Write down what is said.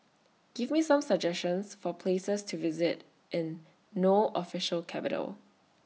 Give Me Some suggestions For Places to visit in No Official Capital